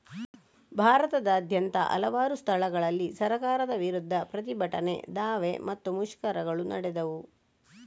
ಭಾರತದಾದ್ಯಂತ ಹಲವಾರು ಸ್ಥಳಗಳಲ್ಲಿ ಸರ್ಕಾರದ ವಿರುದ್ಧ ಪ್ರತಿಭಟನೆ, ದಾವೆ ಮತ್ತೆ ಮುಷ್ಕರಗಳು ನಡೆದವು